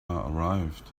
arrived